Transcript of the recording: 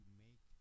make